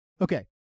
Okay